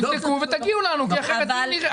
תבדקו ותגיעו אלינו עם הנתונים.